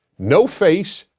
no face,